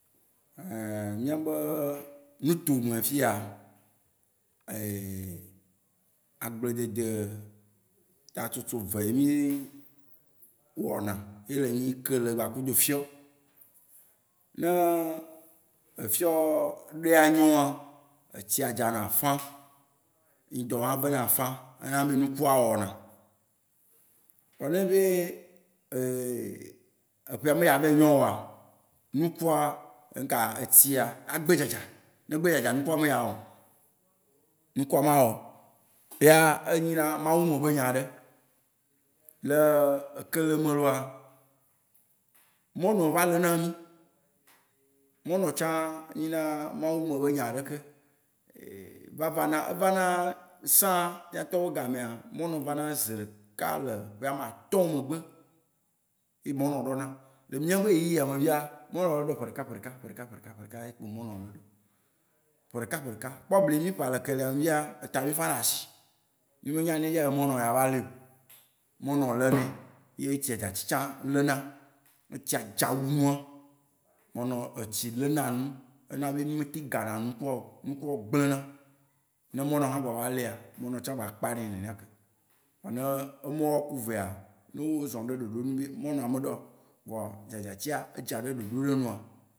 miabe nutome afi ya, agble dede ta tso tso ve ye mí wɔna. Ye le nyi kele kpa kudo efiɔ. Ne efiɔ ɖe anyoa, etsia dza na afã, yidɔ xã vena afã. Ye nana bena nukua wɔna. Vɔ ne enyi be, eƒe me ya vayi nyo oa, nukua ŋka, etsia agbe dzadza. Ne egbe dzadza, nukua me dza wɔ oo. Nukua ma wɔ oo. Ta enyi na mawu me be nya ɖe. Le kele me loa, mɔnɔ va le ná mí Mɔnɔ tsã nyi na mawu me be nya ɖe ke va va na. Eva na, sã, mía tɔwo be gamea, mɔnɔ vana ze ɖeka le ƒe ame atɔ megbe, ye mɔnɔ ɖɔ ná. Le mía be ɣeyiɣi ya me fifia, mɔnɔ le ɖo ƒe ɖeka ƒe ɖeka ƒe ɖeka ƒe ɖeka ƒe ɖeka ƒe ɖeka ye kpo mɔnɔ le ɖɔ. Ƒe ɖeka ƒe ɖeka. Kpɔ bli yi mí ċ le kelea me fia, eta mí fã ɖe asi. Mí me nya fifia ne mɔnɔ la va leo. Mɔnɔ le nɛ. Ye ŋutsi ye ne tsia dza wu nua, mɔnɔ-eysi le na nu. Ena be mí me te ga na nukua wó oo. Nukua wó gble na. Ne mɔnɔ hã gba va lea, mɔnɔ tsã gba kpa nɛ nenea ke. Ne ema wó ku vea, ne wó zɔ̃ ɖe ɖoɖo nu ye mɔnɔa me ɖɔ o, vɔ dzadzatsia, edza ɖe ɖoɖo ɖe nua.